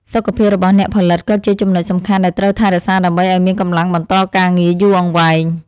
សុខភាពរបស់អ្នកផលិតក៏ជាចំណុចសំខាន់ដែលត្រូវថែរក្សាដើម្បីឱ្យមានកម្លាំងបន្តការងារយូរអង្វែង។